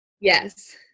Yes